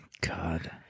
God